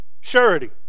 surety